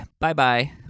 Bye-bye